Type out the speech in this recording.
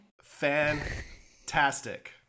fantastic